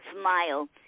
smile